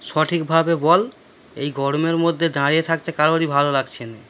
সঠিকভাবে বল এই গরমের মধ্যে দাঁড়িয়ে থাকতে কারোরই ভালো লাগছে না